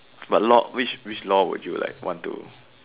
but law which which law would you like want to